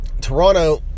Toronto